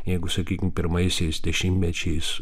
jeigu sakykim pirmaisiais dešimtmečiais